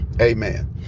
amen